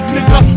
Nigga